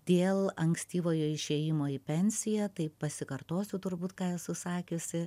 dėl ankstyvojo išėjimo į pensiją tai pasikartosiu turbūt ką esu sakiusi